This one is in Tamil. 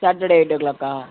சாட்டர்டே எய்ட் ஓ கிளாக்கா